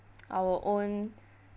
our own